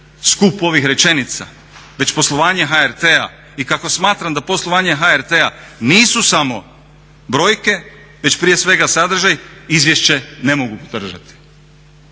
skup ovih rečenica već poslovanje HRT-a i kako smatram da poslovanje HRT-a nisu samo brojke već prije svega sadržaji, izvješće ne mogu podržati.